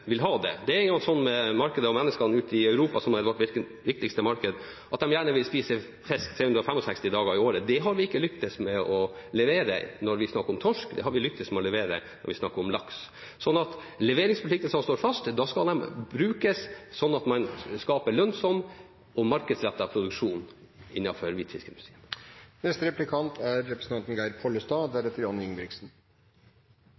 og menneskene ute i Europa, som er vårt viktigste marked, at de gjerne vil spise fisk 365 dager i året. Det har vi ikke lyktes med å levere når vi snakker om torsk, det har vi lyktes med å levere når vi snakker om laks. Så leveringsforpliktelsene står fast. Da skal de brukes sånn at man skaper lønnsom og markedsrettet produksjon i hvitfiskindustrien. For å lykkes i fiskeripolitikken og i den saken vi diskuterer nå er